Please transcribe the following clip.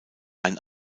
ein